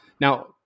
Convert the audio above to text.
Now